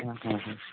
হুম হুম হুম